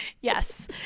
Yes